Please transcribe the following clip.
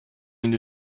une